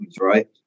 right